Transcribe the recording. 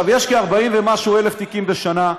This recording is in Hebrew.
יש כ-40,000 ומשהו תיקים בשנה,